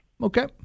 Okay